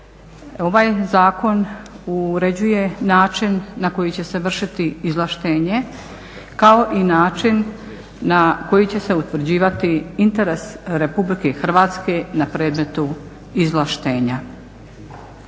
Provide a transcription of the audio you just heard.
Ovaj zakon uređuje način na koji će se vršiti izvlaštenje kao i način na koji će se utvrđivati interes Republike Hrvatske na predmetu izvlaštenja.